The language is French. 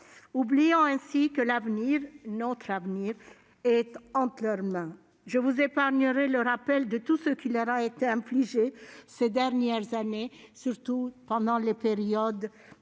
oubliant ainsi que l'avenir- notre avenir -est entre leurs mains. Je vous épargnerai le rappel de tout ce qui leur a été infligé ces dernières années, en particulier pendant la crise sanitaire